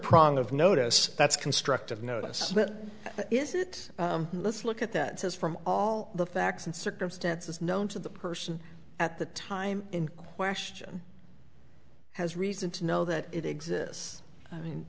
prong of notice that's constructive notice is it let's look at that says from all the facts and circumstances known to the person at the time in question has reason to know that it exists